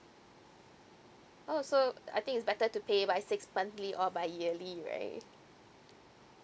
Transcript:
oh so I think it's better to pay by six monthly or by yearly right